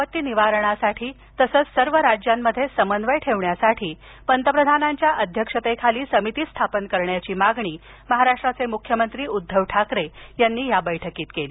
आपत्ती निवारणासाठी तसंच सर्व राज्यांमध्ये समन्वय ठेवण्यासाठी पंतप्रधानांच्या अध्यक्षतेखाली समिती स्थापन करण्याची मागणी महाराष्ट्राचे मुख्यमंत्री उद्धव ठाकरे यांनी या बैठकीत केली